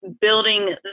building